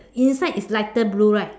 inside is lighter blue right